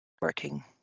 working